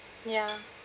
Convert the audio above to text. ya